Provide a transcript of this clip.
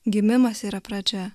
gimimas yra pradžia